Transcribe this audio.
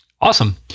Awesome